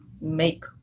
make